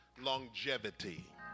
longevity